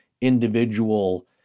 individual